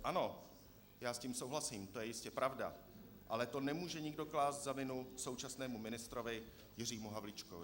Ano, já s tím souhlasím, to je jistě pravda, ale to nemůže nikdo klást za vinu současnému ministrovi Jiřímu Havlíčkovi.